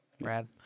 Rad